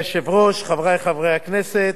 החוק עובר לוועדת הכלכלה.